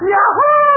Yahoo